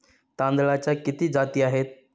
तांदळाच्या किती जाती आहेत?